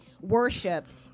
worshipped